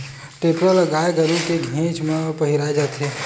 टेपरा ल गाय गरु के घेंच म पहिराय जाथे